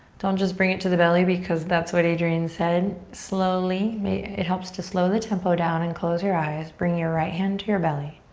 don't just bring it to the belly because that's what adriene said. slowly, it it helps to slow the tempo down and close your eyes. bring your right hand to your belly.